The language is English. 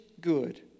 good